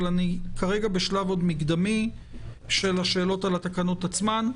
אבל כרגע אני עוד בשלב המקדמי של השאלות על התקנות עצמן.